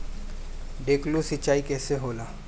ढकेलु सिंचाई कैसे होला?